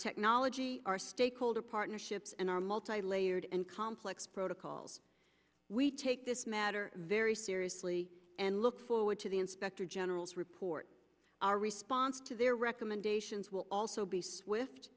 technology our stakeholder partnerships and our multilayered and complex protocols we take this matter very seriously and look forward to the inspector general's report our response to their recommendations will also be swift